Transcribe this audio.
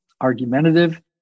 argumentative